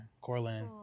Corlin